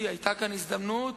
מתי תחודש עבודת המזנון,